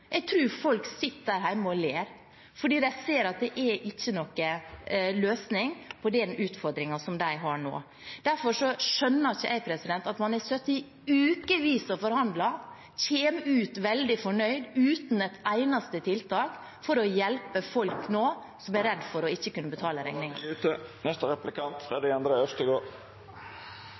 Jeg tror folk sitter der hjemme og ler fordi de ser at det ikke er noen løsning på den utfordringen som de har nå. Derfor skjønner jeg ikke at man har sittet i ukevis og forhandlet og kommer ut veldig fornøyd uten et eneste tiltak for å hjelpe folk som nå er redd for å ikke kunne betale